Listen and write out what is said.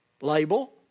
label